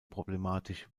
problematisch